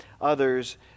others